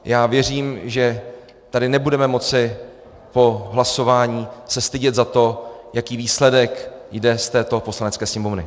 Já věřím, že se tady nebudeme moci po hlasování stydět za to, jaký výsledek jde z této Poslanecké sněmovny.